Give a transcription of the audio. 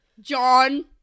John